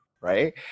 right